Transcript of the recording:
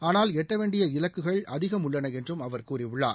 ஆனால் எட்டவேண்டிய இலக்குகள் அதிகம் உள்ளன என்றும் அவர் கூறியுள்ளார்